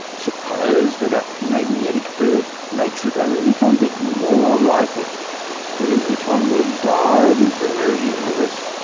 suppose that a magnetic field makes it a little bit more likely that a neutron will dive into the mirror universe,